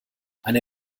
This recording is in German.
eine